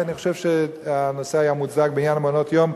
כי אני חושב שהנושא היה מוצדק בעניין מעונות-היום,